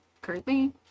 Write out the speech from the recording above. Currently